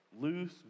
loose